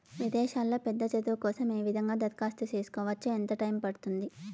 విదేశాల్లో పెద్ద చదువు కోసం ఏ విధంగా దరఖాస్తు సేసుకోవచ్చు? ఎంత టైము పడుతుంది?